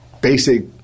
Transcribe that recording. basic